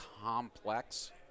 complex